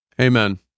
Amen